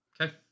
Okay